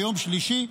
ביום שלישי,